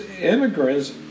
immigrants